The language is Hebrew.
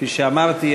כפי שאמרתי,